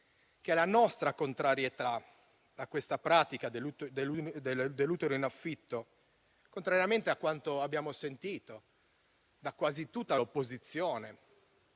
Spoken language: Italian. che la nostra contrarietà a questa pratica dell'utero in affitto, a differenza di quanto abbiamo sentito da quasi tutta l'opposizione,